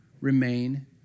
remain